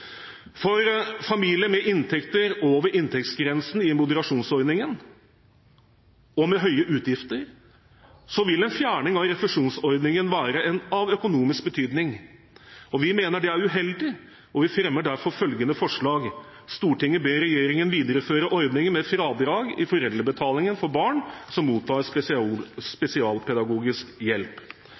For familier med inntekter over inntektsgrensen i moderasjonsordningene og med høye utgifter vil en fjerning av refusjonsordningen være av økonomisk betydning. Vi mener det er uheldig, og vi fremmer derfor følgende forslag: «Stortinget ber regjeringen videreføre ordningen med fradrag i foreldrebetalingen for barn som mottar spesialpedagogisk hjelp.»